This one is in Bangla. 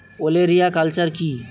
ওলেরিয়া কালচার কি?